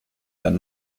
dann